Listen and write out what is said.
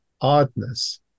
oddness